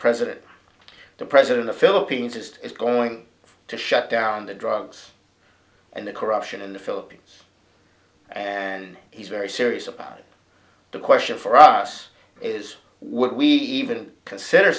president the president of philippines is is going to shut down the drugs and the corruption in the philippines and he's very serious about the question for us is what we even consider